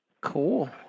Cool